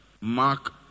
Mark